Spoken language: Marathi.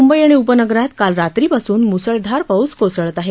मुंबई आणि उपनगरात काल रात्रीपासून मुसळधार पाऊस कोसळत आहे